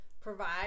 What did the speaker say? provide